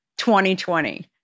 2020